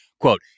Quote